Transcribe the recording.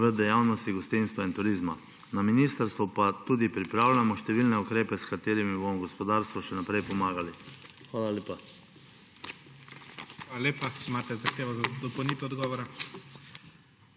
v dejavnostih gostinstva in turizma. Na ministrstvu pa tudi pripravljamo številne ukrepe, s katerimi bomo gospodarstvu še naprej pomagali. Hvala lepa. PREDSEDNIK IGOR ZORČIČ: Hvala lepa. Imate zahtevo za dopolnitev odgovora.